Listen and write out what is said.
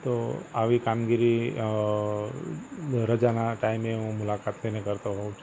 તો આવી કામગીરી અ રજાના ટાઈમે હું મુલાકાત લઈને કરતો હોઉં છું